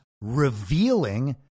revealing